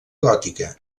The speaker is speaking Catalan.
gòtica